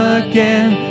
again